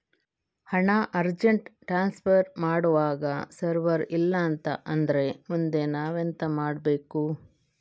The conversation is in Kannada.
ಹಣ ಅರ್ಜೆಂಟ್ ಟ್ರಾನ್ಸ್ಫರ್ ಮಾಡ್ವಾಗ ಸರ್ವರ್ ಇಲ್ಲಾಂತ ಆದ್ರೆ ಮುಂದೆ ನಾವೆಂತ ಮಾಡ್ಬೇಕು?